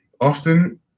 often